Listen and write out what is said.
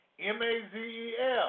M-A-Z-E-L